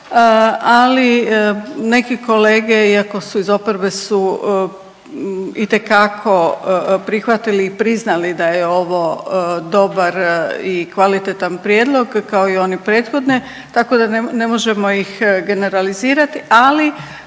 ali neki kolege iako su iz oporbe su itekako prihvatili i priznali da je ovo dobar i kvalitetan prijedlog kao i oni prethodne. Tako da ne možemo ih generalizirati,